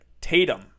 Tatum